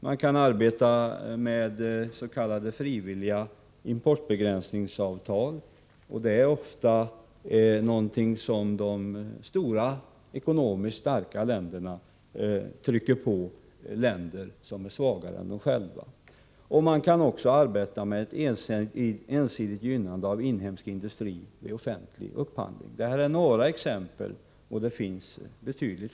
Man kan arbeta med s.k. frivilliga importbegränsningsavtal, och det är någonting som de stora, ekonomiskt starka länderna ofta trycker på länder som är svagare än de själva. Man kan också arbeta med ett ensidigt gynnande av inhemsk industri vid offentlig upphandling. Det här ä finns betydligt fler. r några exempel.